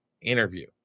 interview